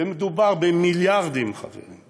ומדובר במיליארדים, חברים.